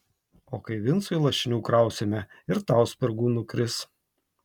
o kai vincui lašinių krausime ir tau spirgų nukris